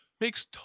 makes